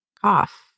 Cough